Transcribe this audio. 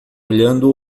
olhando